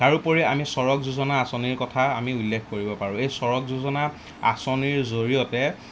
তাৰোপৰি আমি চড়ক যোজনা আঁচনিৰ কথা আমি উল্লেখ কৰিব পাৰোঁ এই চড়ক যোজনা আঁচনিৰ জৰিয়তে